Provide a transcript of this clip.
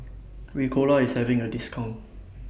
Ricola IS having A discount